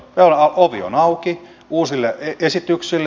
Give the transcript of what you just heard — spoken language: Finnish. ovi on auki uusille esitykselle